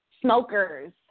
Smokers